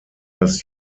dass